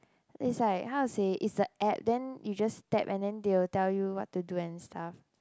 is like how to say is a app then you just tap and then they will tell you what to do and stuff